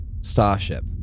starship